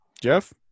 Jeff